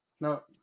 no